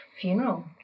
funeral